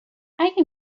اگه